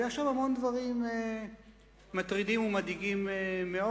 ויש שם המון דברים מטרידים ומדאיגים מאוד.